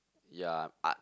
yea but